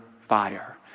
fire